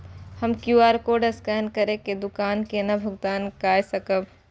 हम QR code scan करके दुकान केना भुगतान काय सकब?